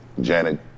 Janet